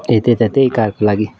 ए त्यही त त्यही कारको लागि